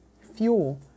fuel